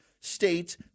states